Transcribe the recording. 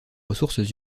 ressources